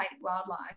wildlife